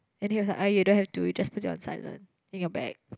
then he was like you don't have to you just put it on silent in your bag